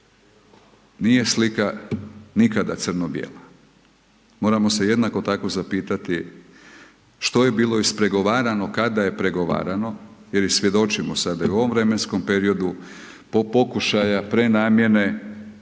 nije slika nikada crno bijela. Moramo se jednako tako zapitati, što je bilo ispregovarano, kada je pregovarano, jer svjedočimo sada i u ovom vremenskom periodu, po pokušaja prenamjena